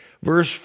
Verse